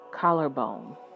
collarbone